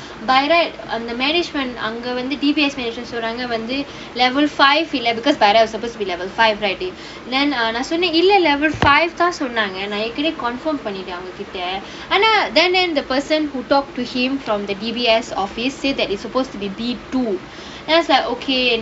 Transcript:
by right um the management அங்க வந்து:anga vanthu D_B_S management சொல்றாங்க வந்து:solraanga vanthu level five இல்ல:illa because by right supposed to be level five right then err நான் சொன்னேன் இல்ல:naan sonnaen illa level five தான் சொன்னாங்க நான் ஏற்கனவே:thaan sonnanga naan erkanavae confirm பண்ணிடேன் அவங்க கிட்ட ஆனா:pannittaen avanga kitta aanaa then then the person who talked to him from the D_B_S office said that it's supposed to be B two as like okay